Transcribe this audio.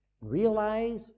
Realize